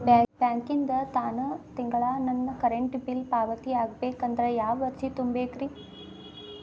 ಬ್ಯಾಂಕಿಂದ ತಾನ ತಿಂಗಳಾ ನನ್ನ ಕರೆಂಟ್ ಬಿಲ್ ಪಾವತಿ ಆಗ್ಬೇಕಂದ್ರ ಯಾವ ಅರ್ಜಿ ತುಂಬೇಕ್ರಿ?